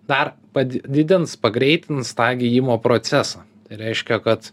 dar padidins pagreitins tą gijimo procesą reiškia kad